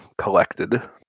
collected